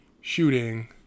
shooting